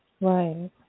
Right